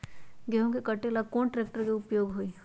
गेंहू के कटे ला कोंन ट्रेक्टर के उपयोग होइ छई?